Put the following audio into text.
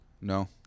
No